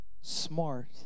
smart